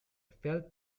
felt